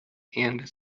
and